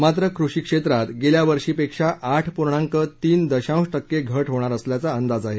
मात्र कृषी क्षेत्रात गेल्या वर्षीपेक्षा आठ पूर्णांक तीन दशांश टक्के घट होणार असल्याचा अंदाज आहे